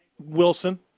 Wilson